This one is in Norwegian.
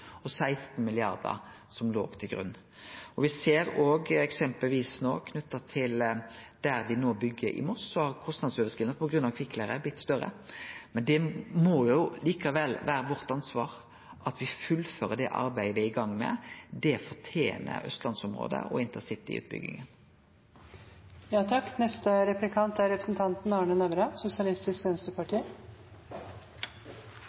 og 16 mrd. kr som låg til grunn. Me ser òg eksempelvis knytt til der me no byggjer i Moss, at kostnadsoverskridingane har blitt større på grunn av kvikkleire. Det må jo likevel vere ansvaret vårt at me fullfører det arbeidet me er i gang med. Det fortener Austlands-området og